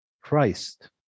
Christ